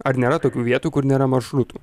ar nėra tokių vietų kur nėra maršrutų